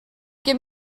give